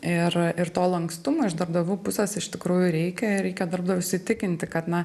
ir ir to lankstumo iš darbdavių pusės iš tikrųjų reikia ir reikia darbdavius įtikinti kad na